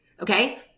Okay